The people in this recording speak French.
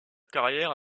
carrière